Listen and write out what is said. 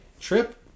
Trip